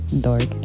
Dork